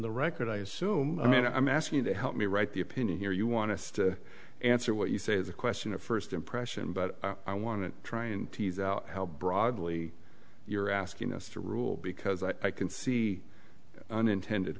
the record i assume i mean i'm asking you to help me write the opinion here you want to answer what you say the question of first impression but i want to try and tease out how broadly you're asking us to rule because i can see unintended